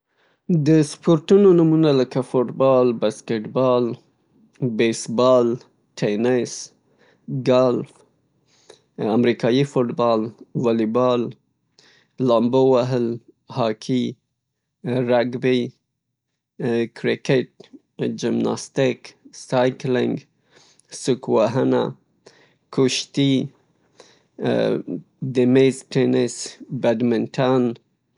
د سپورټونو نومونه لکه فوټبال، باسکټبال، بیسبال، تینس، ګلف، امریکایی فوټبال، والیبال، لامبو وهل، هاکی، رګبي، کرکټ، جمناسټیک، سایکلنګ، سوک وهنه، کشتي، د میز ټینس، بدمنټن.